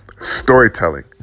storytelling